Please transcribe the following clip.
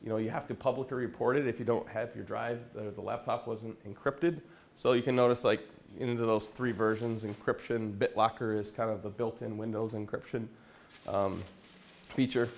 you know you have to publicly reported if you don't have your drive the laptop wasn't encrypted so you can notice like into those three versions and corruption locker is kind of the built in windows and corruption feature